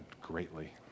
greatly